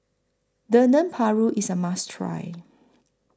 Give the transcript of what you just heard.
Dendeng Paru IS A must Try